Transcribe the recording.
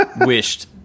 wished